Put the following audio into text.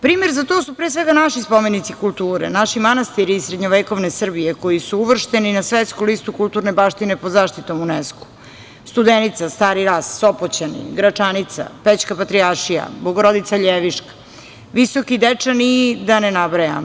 Primer za to su, pre svega, naši spomenici kulture, naši manastiri srednjevekovne Srbije koji su uvršteni na svetsku listu kulturne baštine pod zaštitom UNESKO - Studenica, Stari Ras, Sopoćani, Gračanica, Pećka Patrijaršija, Bogorodica Ljeviška, Visoki Dečani i da ne nabrajam.